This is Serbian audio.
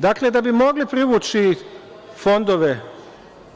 Dakle, da bi mogli privući fondove